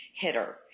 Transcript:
hitter